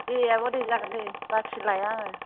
दे आब' दे जागोन दे बाखि लाया आङो